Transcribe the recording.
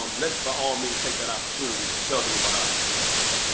let's, by all means, take that opportunity and tell them about our experiences.